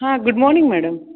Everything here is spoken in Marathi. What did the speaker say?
हा गुड मॉर्निंग मॅडम